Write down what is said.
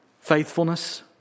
faithfulness